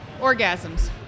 orgasms